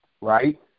right